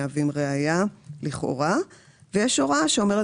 אחרי ההגדרה "הצעת התקציב" יבוא: